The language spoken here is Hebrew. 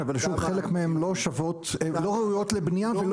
אבל שום חלק מהן לא ראוי לבנייה וגם